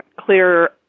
clear